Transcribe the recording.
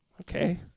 Okay